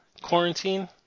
quarantine